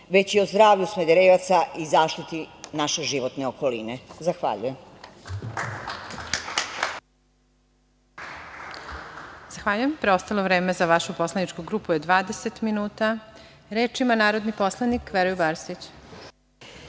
već i o zdravlju Smederevaca i zaštiti naše životne okoline. Zahvaljujem.